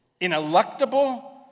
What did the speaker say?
ineluctable